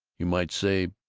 you might say,